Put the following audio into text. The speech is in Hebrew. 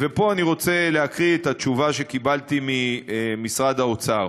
ופה אני רוצה להקריא את התשובה שקיבלתי ממשרד האוצר.